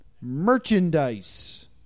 merchandise